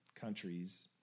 countries